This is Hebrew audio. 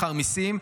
אחר מיסים,